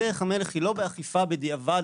דרך המלך היא לא באכיפה בדיעבד,